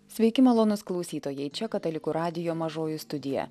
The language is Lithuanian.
sveiki malonūs klausytojai čia katalikų radijo mažoji studija